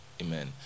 Amen